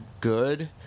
good